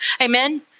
Amen